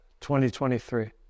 2023